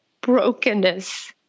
brokenness